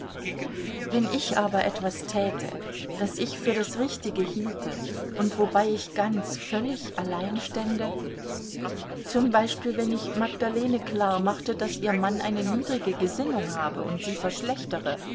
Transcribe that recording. wenn ich aber etwas täte das ich für das richtige hielte und wobei ich ganz völlig allein stände z b wenn ich magdalene klar machte daß ihr mann eine niedrige gesinnung habe und sie verschlechtere